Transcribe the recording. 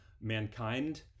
Mankind